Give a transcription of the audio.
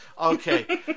Okay